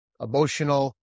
emotional